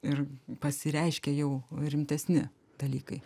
ir pasireiškia jau rimtesni dalykai